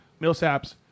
Millsaps